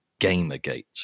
Gamergate